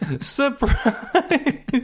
surprise